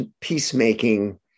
peacemaking